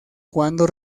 cuándo